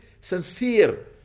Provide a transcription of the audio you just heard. sincere